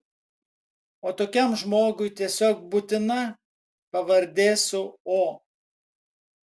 o tokiam žmogui tiesiog būtina pavardė su o